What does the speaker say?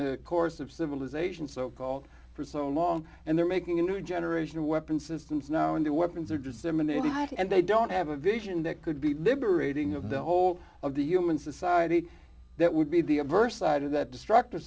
the course of civilization so called for so long and they're making a new generation of weapon systems now and the weapons are disseminated and they don't have a view and it could be liberating of the whole of the human society that would be the adverse side of that destructive